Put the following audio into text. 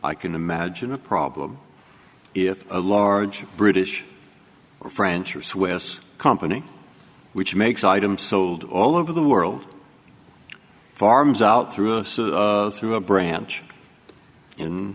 i can imagine a problem if a large british or french or swiss company which makes items sold all over the world farms out through a through a branch in